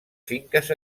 finques